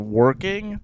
working